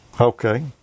Okay